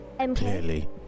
clearly